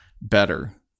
Better